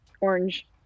Orange